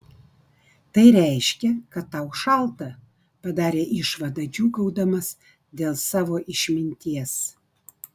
tai reiškia kad tau šalta padarė išvadą džiūgaudamas dėl savo išminties